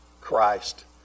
Christ